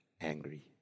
angry